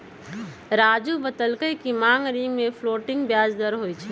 राज़ू बतलकई कि मांग ऋण में फ्लोटिंग ब्याज दर होई छई